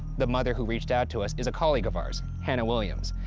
the mother who reached out to us is a colleague of ours, hannah williams.